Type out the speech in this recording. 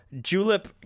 julep